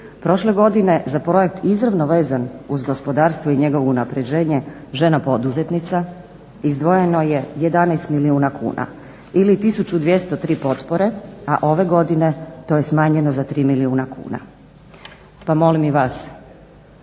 Prošle godine za projekt izravno vezan uz gospodarstvo i njegovo unapređenje žena poduzetnica izdvojeno je 11 milijuna kuna ili 1203 potpore, a ove godine to je smanjeno za 3 milijuna kuna. Pa molim i vas